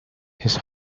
his